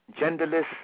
genderless